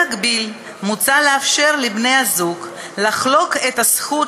במקביל מוצע לאפשר לבני-זוג לחלוק את הזכות